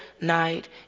night